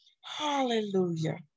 Hallelujah